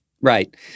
Right